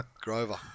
Grover